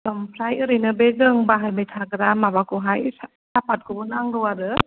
ओमफ्राय ओरैनो बे जों बाहायबाय थाग्रा माबाखौहाय साहाफातखौबो नांगौ आरो